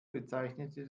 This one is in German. bezeichnete